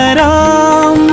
ram